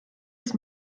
ist